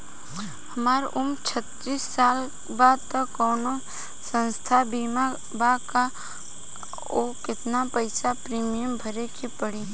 हमार उम्र छत्तिस साल बा त कौनों स्वास्थ्य बीमा बा का आ केतना पईसा प्रीमियम भरे के पड़ी?